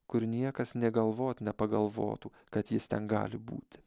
kur niekas nė galvot nepagalvotų kad jis ten gali būti